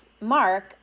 Mark